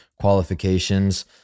qualifications